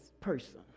person